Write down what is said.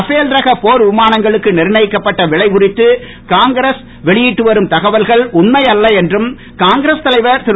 Rafale ரக போர் விமானங்களுக்கு நிர்ணயிக்கப்பட்ட விலை குறித்து காங்கிரஸ் வெளியிட்டு வரும் தகவல்கள் உண்மையல்ல என்றும் காங்கிரஸ் தலைவர் திரு